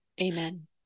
Amen